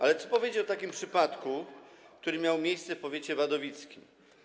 Ale co powiecie o takim przypadku, który miał miejsce w powiecie wadowickim.